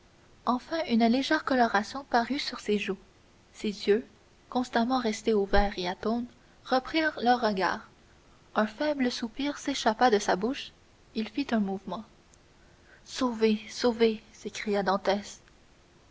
enfin une légère coloration parut sur ses joues ses yeux constamment restés ouverts et atones reprirent leur regard un faible soupir s'échappa de sa bouche il fit un mouvement sauvé sauvé s'écria dantès